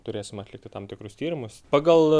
turėsim atlikti tam tikrus tyrimus pagal